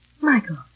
Michael